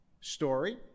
Story